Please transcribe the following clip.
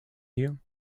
view